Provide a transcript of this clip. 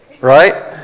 right